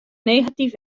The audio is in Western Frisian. negatyf